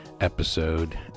episode